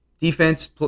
defense